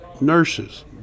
nurses